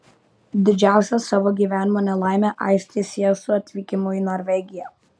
didžiausią savo gyvenimo nelaimę aistė sieja su atvykimu į norvegiją